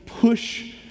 push